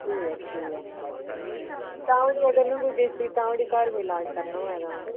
ठीक ऐ ठीक ऐ ते तां धोड़ी अगर मै कोई देसी तां धोड़ी घर कोई इलाज करना होऐ तां